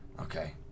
okay